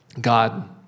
God